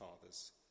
father's